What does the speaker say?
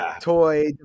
Toy